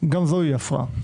גם זו היא הפרעה.